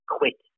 quick